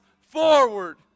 forward